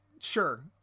sure